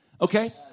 Okay